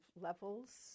levels